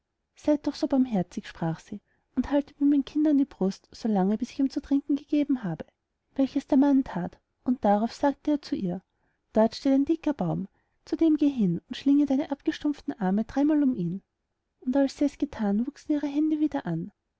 seyd doch so barmherzig sprach sie und haltet mir mein kind an die brust so lange bis ich ihm zu trinken gegeben habe welches der mann that und darauf sagte er zu ihr dort steht ein dicker baum zu dem geh hin und schlinge deine abgestumpften arme dreimal um ihn und als sie es gethan wuchsen ihr die hände wieder an